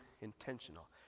intentional